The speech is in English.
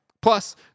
Plus